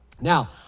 Now